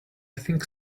think